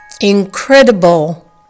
incredible